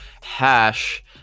Hash